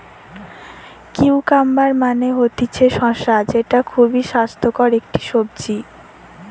cucumber মানে হতিছে শসা যেটা খুবই স্বাস্থ্যকর একটি সবজি